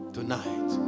Tonight